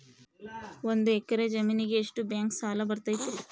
ಒಂದು ಎಕರೆ ಜಮೇನಿಗೆ ಎಷ್ಟು ಬ್ಯಾಂಕ್ ಸಾಲ ಬರ್ತೈತೆ?